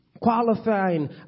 qualifying